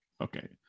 okay